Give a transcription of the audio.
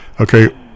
Okay